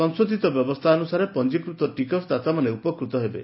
ସଂଶୋଧିତ ବ୍ୟବସ୍ଥା ଅନୁସାରେ ପଞ୍ଞିକୃତ ଟିକସଦାତାମାନେ ଉପକୃତ ହେବେ